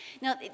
Now